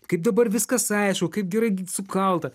kaip dabar viskas aišku kaip gerai sukalta